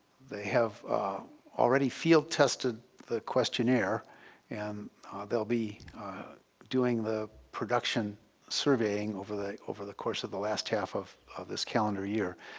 they have already field test ah the questionnaire and they'll be doing the production surveying over the over the course of the last half of of this calendar year.